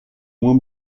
moins